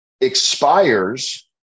expires